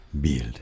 Build